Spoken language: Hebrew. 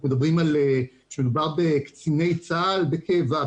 אנחנו מדברים כשמדובר בקציני צה"ל בקבע,